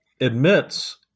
admits